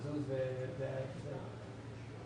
אם יש מקרה של החזר אגרה - אגב,